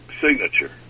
signature